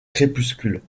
crépuscule